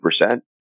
percent